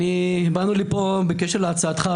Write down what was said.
באנו לפה בקשר להצעתך,